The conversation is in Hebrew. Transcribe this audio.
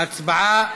ההצבעה,